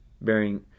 bearing